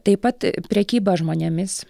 taip pat prekyba žmonėmis